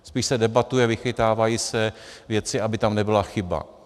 Spíš se debatuje, vychytávají se věci, aby tam nebyla chyba.